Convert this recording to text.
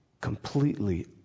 Completely